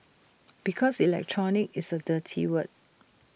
because electronic is A dirty word